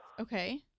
okay